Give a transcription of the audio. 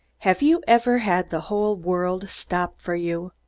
have you ever had the whole world stop for you?